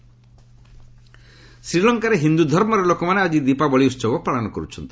ଶ୍ରୀଲଙ୍କା ଦିୱାଲୀ ଶ୍ରୀଲଙ୍କାରେ ହିନ୍ଦୁଧର୍ମର ଲୋକମାନେ ଆଜି ଦୀପାବଳି ଉତ୍ସବ ପାଳନ କରୁଛନ୍ତି